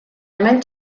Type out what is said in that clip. hemen